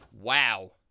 Wow